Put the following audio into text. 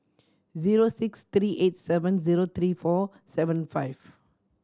zero six three eight seven zero three four seven five